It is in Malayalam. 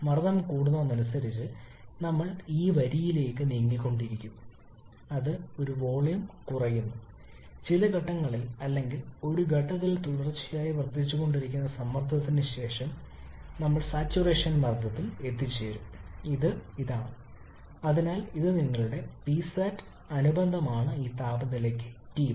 മർദ്ദം കൂടുന്നതിനനുസരിച്ച് നമ്മൾ ഈ വരിയിലേക്ക് നീങ്ങിക്കൊണ്ടിരിക്കും അത് ഒരു വോളിയം കുറയുന്നു ചില ഘട്ടങ്ങളിൽ അല്ലെങ്കിൽ ഒരു ഘട്ടത്തിൽ തുടർച്ചയായി വർദ്ധിച്ചുകൊണ്ടിരിക്കുന്ന സമ്മർദ്ദത്തിന് ശേഷം ഞങ്ങൾ സാച്ചുറേഷൻ മർദ്ദത്തിൽ എത്തിച്ചേരും ഇത് ഇതാണ് അതിനാൽ ഇത് നിങ്ങളുടെ Psat അനുബന്ധമാണ് ഈ താപനിലയിലേക്ക് ടി 1